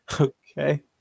Okay